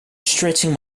stretching